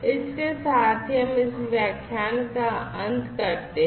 इसके साथ ही हम इस व्याख्यान का अंत करते हैं